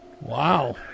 Wow